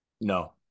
No